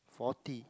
forty